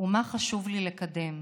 ומה חשוב לי לקדם.